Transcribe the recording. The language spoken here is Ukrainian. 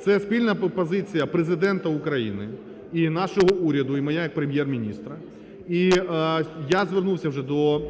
це спільна позиція Президента України і нашого уряду, і моя як Прем'єр-міністра. І я звернувся вже до